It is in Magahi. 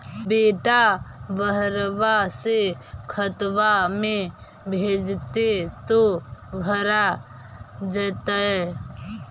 बेटा बहरबा से खतबा में भेजते तो भरा जैतय?